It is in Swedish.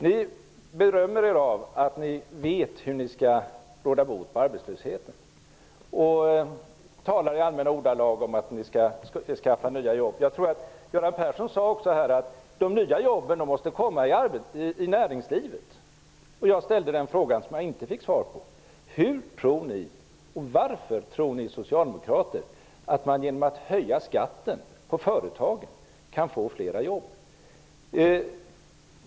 Ni berömmer er av att vi vet hur ni skall råda bot på arbetslösheten och talar i allmänna ordalag om att ni skall skaffa nya jobb. Jag tror också att Göran Persson sade att de nya jobben måste skapas i näringslivet. Jag ställde då en fråga som jag inte fick svar på: Hur och varför tror ni socialdemokrater att man genom att höja skatten på företagen kan få flera jobb?